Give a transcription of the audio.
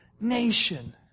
nation